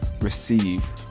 receive